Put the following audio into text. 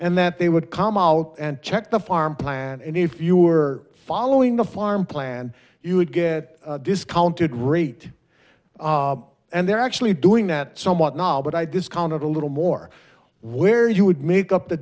that they would come out and check the farm plant and if you were following the farm plan you would get discounted rate and they're actually doing that somewhat not but i discount it a little more where you would make up the